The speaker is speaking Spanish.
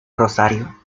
rosario